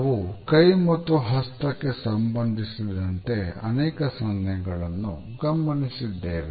ನಾವು ಕೈ ಮತ್ತು ಹಸ್ತಕ್ಕೆ ಸಂಬಂಧಿಸಿದಂತೆ ಅನೇಕ ಸನ್ನೆಗಳನ್ನು ಗಮನಿಸಿದ್ದೇವೆ